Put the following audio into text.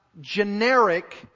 generic